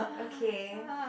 okay